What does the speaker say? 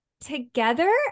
together